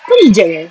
kau reject eh